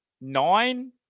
Nine